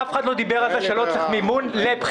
אף אחד לא אמר שלא צריך מימון לבחירות.